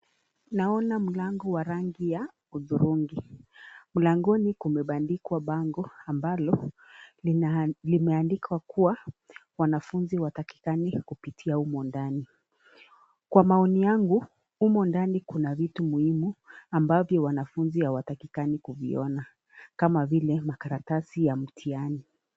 Naona mlango wa rangi ya udhurungi. Mlangoni kumebandikwa bango ambalo limeandikwa kuwa, wanafunzi hawatakikani kupitia humo ndani. Kwa maoni yangu humo ndani kuna vitu muhimu ambavyo wanafunzi hawatakikani kuviona kama vile makaratasi ya mtihani.